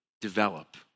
develop